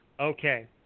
Okay